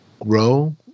grow